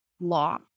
law